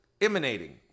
emanating